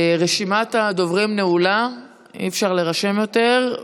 רשימת הדוברים נעולה, אי-אפשר להירשם יותר.